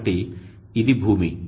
కాబట్టి ఇది భూమి